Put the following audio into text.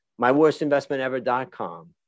myworstinvestmentever.com